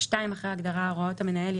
בהתאם לתוקף המעודכן.